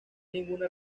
ninguna